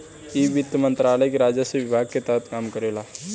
इ वित्त मंत्रालय के राजस्व विभाग के तहत काम करेला